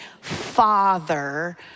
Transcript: Father